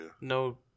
no